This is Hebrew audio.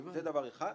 זה דבר אחד.